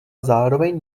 zároveň